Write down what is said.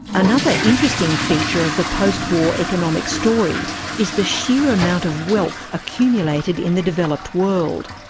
another interesting feature of the post war economic story is the sheer amount of wealth accumulated in the developed world.